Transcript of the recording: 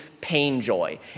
pain-joy